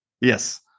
yes